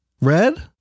red